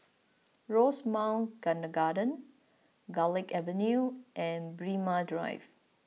Rosemount Kindergarten Garlick Avenue and Braemar Drive